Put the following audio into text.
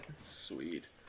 Sweet